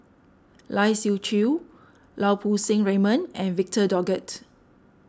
Lai Siu Chiu Lau Poo Seng Raymond and Victor Doggett